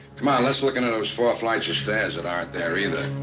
come on, let's look into those four flights of stairs that aren't there either.